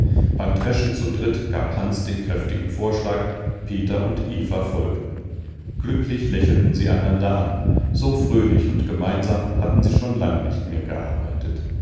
beim dreschen zu dritt gab hans den kräftigen vorschlag peter und eva folgten glücklich lächelten sie einander an so fröhlich und gemeinsam hatten sie schon lange nicht mehr gearbeitet